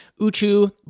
Uchu